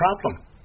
problem